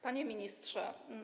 Panie Ministrze!